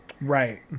Right